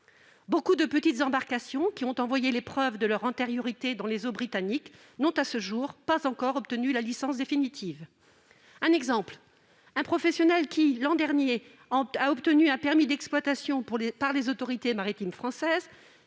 Nombre de petites embarcations, qui ont envoyé les preuves de leur antériorité dans les eaux britanniques, n'ont, à ce jour, pas encore obtenu la licence définitive. Prenons un exemple : un professionnel qui a obtenu, l'an dernier, un permis d'exploitation des autorités maritimes françaises